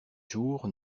jours